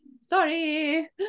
sorry